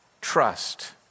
trust